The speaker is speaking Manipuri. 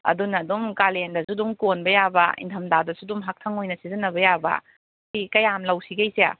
ꯑꯗꯨꯅ ꯑꯗꯨꯝ ꯀꯥꯂꯦꯟꯗꯁꯨ ꯑꯗꯨꯝ ꯀꯣꯟꯕ ꯌꯥꯕ ꯏꯪꯗꯝꯗꯥꯗꯁꯨ ꯑꯗꯨꯝ ꯍꯥꯛꯊꯪ ꯑꯣꯏꯅ ꯁꯤꯖꯟꯅꯕ ꯌꯥꯕ ꯐꯤ ꯀꯌꯥꯝ ꯂꯧꯁꯤꯒꯦ ꯏꯆꯦ